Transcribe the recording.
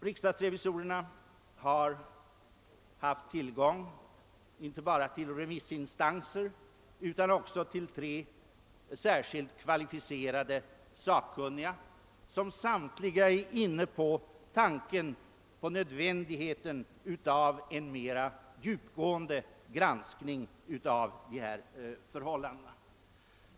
Riksdagens revisorer har haft tillgång inte bara till yttranden från remissinstanser utan också till utlåtanden från tre särskilt kvalificerade sakkunniga, som samtliga ansett att det är nödvändigt med en mera djupgående granskning av förhållandena.